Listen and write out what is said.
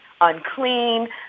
unclean